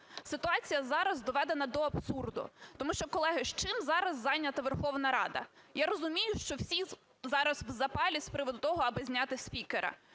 Ситуація зараз доведена до абсурду. Тому що, колеги, чим зараз зайнята Верховна Рада? Я розумію, що всі зараз в запалі з приводу того, аби зняти спікера.